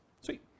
Sweet